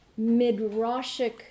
Midrashic